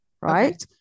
right